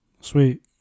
Sweet